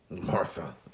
Martha